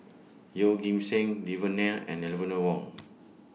Yeoh Ghim Seng Devan Nair and Eleanor Wong